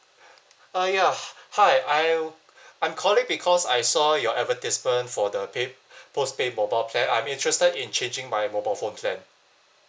uh ya hi I'll I'm calling because I saw your advertisement for the pai~ postpaid mobile plan I'm interested in changing my mobile phone plan